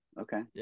Okay